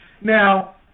now